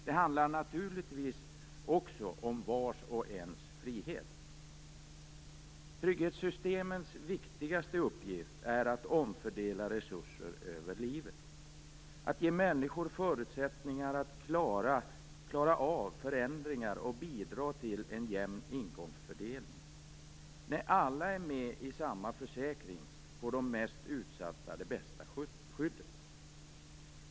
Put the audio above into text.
Det handlar naturligtvis också om vars och ens frihet. Trygghetssystemens viktigaste uppgift är att omfördela resurser över livet, att ge människor förutsättningar att klara av förändringar och att bidra till en jämn inkomstfördelning. När alla är med i samma försäkring får de mest utsatta det bästa skyddet.